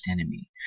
enemy